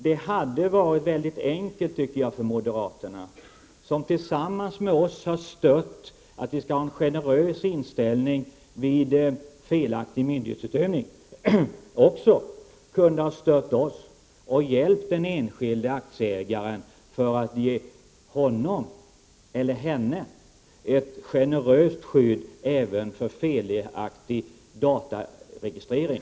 Det hade varit mycket enkelt för moderaterna, som tillsammans med oss har stött åsikten att man skall ha en generös inställning vid felaktig myndighetsutövning, att stödja oss och hjälpa den enskilda aktieägaren för att ge honom eller henne ett generöst skydd även vid felaktig dataregistrering.